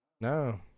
no